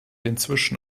inzwischen